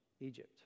Egypt